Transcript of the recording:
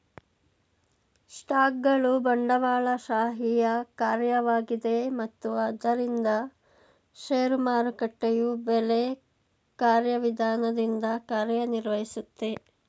ಸ್ಟಾಕ್ಗಳು ಬಂಡವಾಳಶಾಹಿಯ ಕಾರ್ಯವಾಗಿದೆ ಮತ್ತು ಆದ್ದರಿಂದ ಷೇರು ಮಾರುಕಟ್ಟೆಯು ಬೆಲೆ ಕಾರ್ಯವಿಧಾನದಿಂದ ಕಾರ್ಯನಿರ್ವಹಿಸುತ್ತೆ